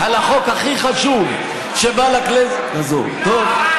על החוק הכי חשוב שבא לכנסת הזאת, טוב.